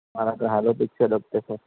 మా దగ్గర hollow bricks దొరుకుతాయి సార్